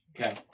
Okay